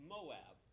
Moab